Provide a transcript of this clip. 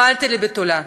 פעלתי לביטולה.